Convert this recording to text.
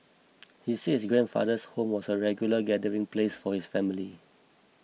he said his grandfather's home was a regular gathering place for his family